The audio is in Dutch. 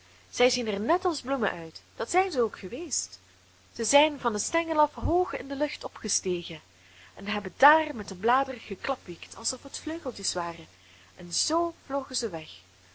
zij zien er net als bloemen uit dat zijn ze ook geweest zij zijn van den stengel af hoog in de lucht opgestegen en hebben daar met hun bladeren geklapwiekt alsof het vleugeltjes waren en zoo vlogen zij weg